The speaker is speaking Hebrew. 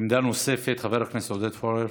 עמדה נוספת, חבר הכנסת עודד פורר.